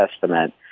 Testament